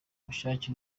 ubushake